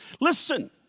Listen